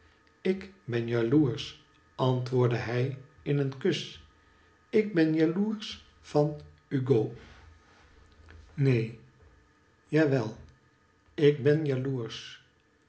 ik ben jaloersch antwoordde hij in een kus ik ben jaloersch van ugo ncen ja jawel ik ben jaloersch